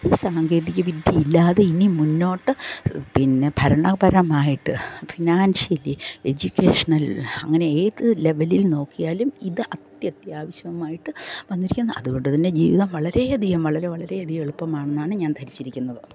ഈ സാങ്കേതിക വിദ്യ ഇല്ലാതെ ഇനി മുന്നോട്ട് പിന്നെ ഭരണ പരമായിട്ട് ഫിനാൻഷ്യലി എഡ്യൂക്കേഷണൽ അങ്ങനെ ഏത് ലെവലിൽ നോക്കിയാലും ഇത് അത്യാവശ്യമായിട്ട് വന്നിരിക്കുന്നത് അതുകൊണ്ട് ജീവിതം വളരെയധികം വളരെ വളരെയധികം എളുപ്പമാണെന്നാണ് ഞാൻ ധരിച്ചിരിക്കുന്നത്